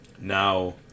Now